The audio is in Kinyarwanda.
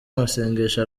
amasengesho